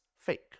fake